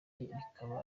rikaba